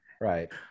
right